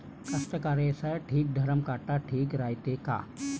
कास्तकाराइसाठी धरम काटा ठीक रायते का?